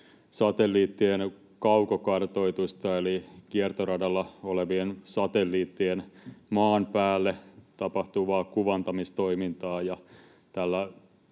satelliittien kaukokartoitusta eli kiertoradalla olevien satelliittien maan päälle tapahtuvaa kuvantamistoimintaa.